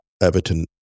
Everton